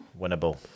Winnable